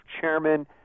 chairman